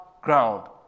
ground